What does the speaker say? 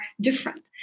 different